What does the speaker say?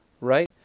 right